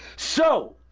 so.